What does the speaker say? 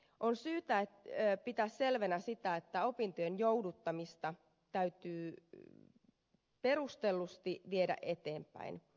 on syytä pitää selvänä sitä että opintojen jouduttamista täytyy perustellusti viedä eteenpäin